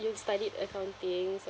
you studied accounting so